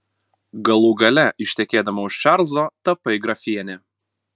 galų gale ištekėdama už čarlzo tapai grafiene